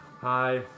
Hi